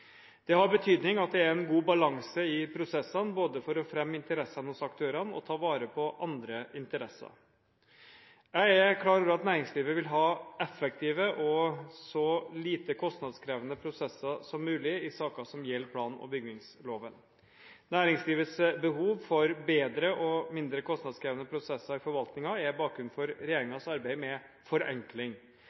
Det har betydning at det er god balanse i prosessene, både for å fremme interessene hos aktørene og for å ta vare på andre interesser. Jeg er klar over at næringslivet vil ha effektive og så lite kostnadskrevende prosesser som mulig i saker som gjelder plan- og bygningsloven. Næringslivets behov for bedre og mindre kostnadskrevende prosesser i forvaltningen er bakgrunnen for regjeringens arbeid med forenkling.